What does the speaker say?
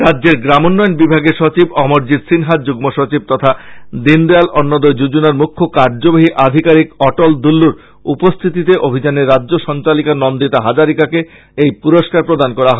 রাজ্যের গ্রামোন্নয়ন বিভাগের সচিব অমরজিৎ সিনহা যুগ্ম সচিব তথা দীনদয়াল অন্তোদয় যোজনার মুখ্য কার্য্যবাহী আধিকারিক অটল দুল্লুর উপস্থিতিতে অভিযানের রাজ্য সঞ্চালিক নন্দিতা হাজারিকাকে পুরস্কার প্রদান করা হয়